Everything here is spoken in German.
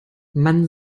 man